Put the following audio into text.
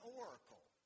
oracle